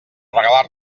regalar